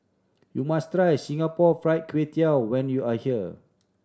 you must try Singapore Fried Kway Tiao when you are here